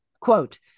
quote